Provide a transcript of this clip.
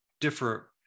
differ